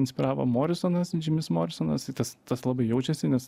inspiravo morisonas džimis morisonas i tas tas labai jaučiasi nes